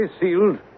sealed